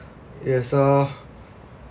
yes uh